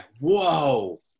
Whoa